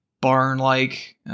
barn-like